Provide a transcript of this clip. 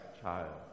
child